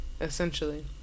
Essentially